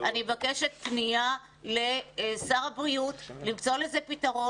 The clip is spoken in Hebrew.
אני מבקשת פנייה לשר הבריאות, למצוא לזה פתרון.